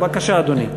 בבקשה, אדוני.